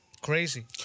crazy